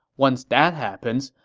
once that happens,